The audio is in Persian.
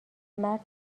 مرد